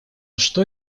что